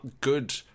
good